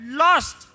lost